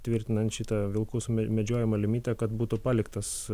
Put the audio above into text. tvirtinant šitą vilkų sumedžiojimo limitą kad būtų paliktas